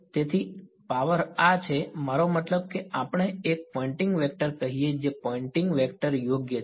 તેથી પાવર આ છે મારો મતલબ કે આપણે એક પોઇંટિંગ વેક્ટર કહીએ જે પોઇંટિંગ વેક્ટર યોગ્ય છે